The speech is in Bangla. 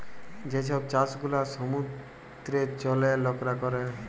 যে ছব চাষ গুলা সমুদ্রের জলে লকরা ক্যরে